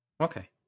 Okay